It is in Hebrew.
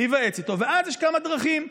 ואז יש כמה דרכים.